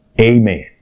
Amen